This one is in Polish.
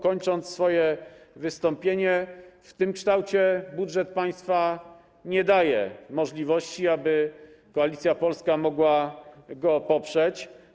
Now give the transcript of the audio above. Kończąc swoje wystąpienie, chcę powiedzieć, że w tym kształcie budżet państwa nie daje możliwości, aby Koalicja Polska mogła go poprzeć.